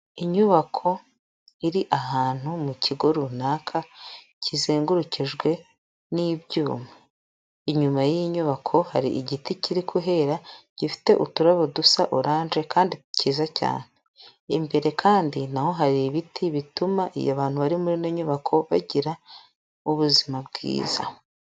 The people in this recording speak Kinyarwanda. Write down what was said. Inyubako iri ahantu mu kigo runaka kizengurukijwe n'ibyuma, inyuma y'iyi nyubako hari igiti kiri guhera gifite uturabo dusa oranje kandi cyiza cyane, imbere kandi na ho hari ibiti bituma abantu bari muri ino nyubako bagira ubuzima bwiza.